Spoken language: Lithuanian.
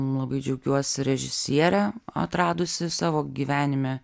labai džiaugiuosi režisierę atradusi savo gyvenime